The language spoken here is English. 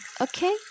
okay